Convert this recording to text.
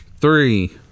three